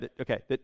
okay